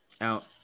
Out